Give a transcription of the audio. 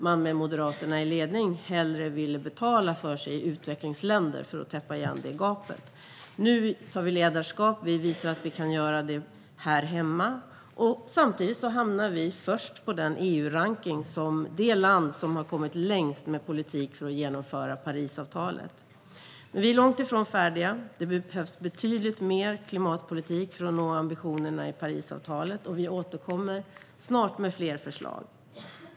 Med Moderaterna i ledningen ville man för att täppa igen det gapet hellre betala för sig i utvecklingsländer. Nu tar vi ledarskapet. Vi visar att vi kan göra det här hemma. Samtidigt har vi hamnat först på EU-rankningen om vilket land som har kommit längst för att genomföra Parisavtalet. Men vi är långt ifrån färdiga. Det behövs betydligt mer klimatpolitik för att nå ambitionerna i Parisavtalet, och vi återkommer snart med fler förslag.